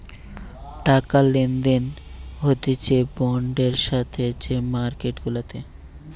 টাকা লেনদেন হতিছে বন্ডের সাথে যে মার্কেট গুলাতে